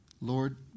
Lord